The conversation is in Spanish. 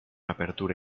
apertura